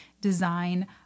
design